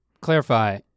clarify